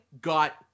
got